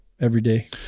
everyday